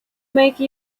make